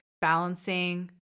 balancing